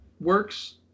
works